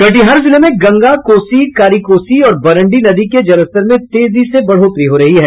कटिहार जिले में गंगा कोसी कारीकोसी और बरंडी नदी के जलस्तर में तेजी से बढ़ोतरी हो रही है